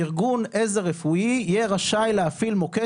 ארגון עזר רפואי יהיה רשאי להפעיל מוקד